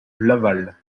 laval